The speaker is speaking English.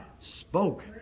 spoke